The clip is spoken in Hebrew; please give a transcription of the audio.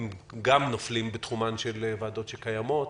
הם גם נופלים בתחומן של ועדות שקיימות.